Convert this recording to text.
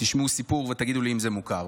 תשמעו סיפור ותגידו לי אם זה מוכר,